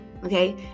Okay